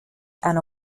and